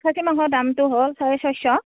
খাচী মাংসৰ দামটো হ'ল চাৰে ছয়শ